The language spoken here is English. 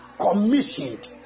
commissioned